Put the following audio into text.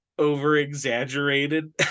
over-exaggerated